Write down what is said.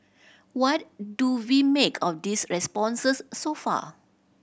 what do we make of these responses so far